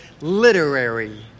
literary